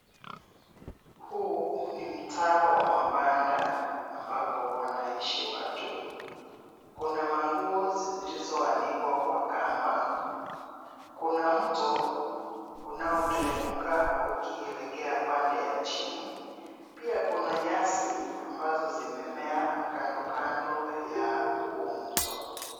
Huu ni mtaa wa mabanda ambapo wanaishi watu. Kuna manguo zilizoanikwa kwa kamba. Kuna mto unaoteremka ukielekea pande ya chini. Pia kuna nyasi ambazo zimemea kando kando ya huo mto.